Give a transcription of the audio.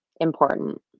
important